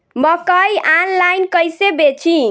मकई आनलाइन कइसे बेची?